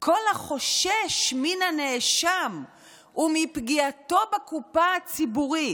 "כל החושש מן הנאשם ומפגיעתו בקופה הציבורית